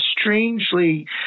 strangely